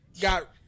got